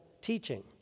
teaching